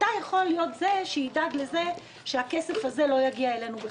אתה יכול להיות זה שידאג לכך שהכסף הזה לא יגיע אלינו בחריגות.